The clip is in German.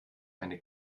eine